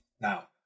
Now